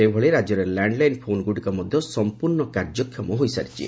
ସେହିଭଳି ରାଜ୍ୟରେ landline ଫୋନ୍ଗୁଡ଼ିକ ମଧ୍ୟ ସଂପୂର୍ଣ୍ଣ କାର୍ଯ୍ୟକ୍ଷମ ହୋଇସାରିଛି